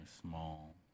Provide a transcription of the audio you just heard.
small